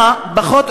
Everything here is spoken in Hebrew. אם בשיעור אזרחות או